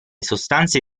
sostanze